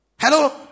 Hello